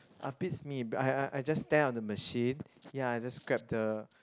ah beats me but I I I just stand on the machine ya and just grab the